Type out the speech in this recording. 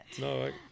No